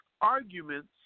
arguments